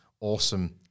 awesome